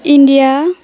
India